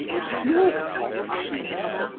you're as white as a sheet now!